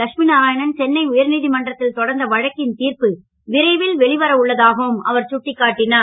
லட்சுமிநாராயணன் சென்னை உயர் நீதிமன்றத்தில் தொடர்ந்த வழக்கின் தீர்ப்பு விரைவில் வெளிவரவுள்ளதாகவும் அவர் சுட்டிக்காட்டினார்